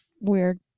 Weird